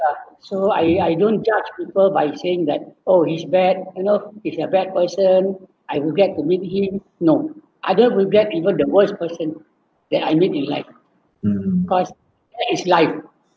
ya so I I don't judge people by saying that oh he's bad you know he's a bad person I regret to meet him no I don't regret even the worst person that I meet in life cause that is life